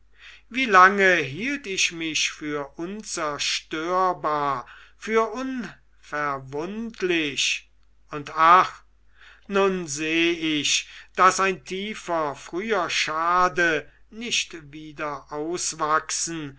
wie lange hielt ich mich für unzerstörbar für unverwundlich und ach nun seh ich daß ein tiefer früher schade nicht wieder auswachsen